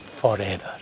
forever